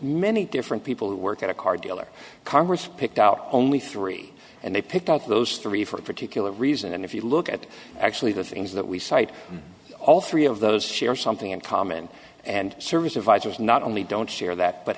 many different people who work at a car dealer congress picked out only three and they picked out those three for a particular reason and if you look at actually the things that we cite all three of those share something in common and service advisors not only don't share that but